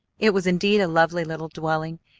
it was indeed a lovely little dwelling.